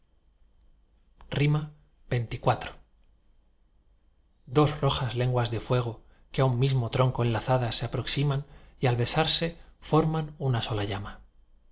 xxiv dos rojas lenguas de fuego que á un mismo tronco enlazadas se aproximan y al besarse forman una sola llama dos